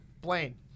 blaine